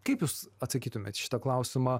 kaip jūs atsakytumėt į šitą klausimą